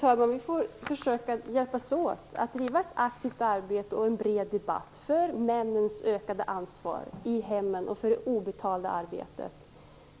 Fru talman! Vi får försöka hjälpas åt att driva ett aktivt arbete och en bred debatt för männens ökade ansvar i hemmen och för det obetalda arbetet.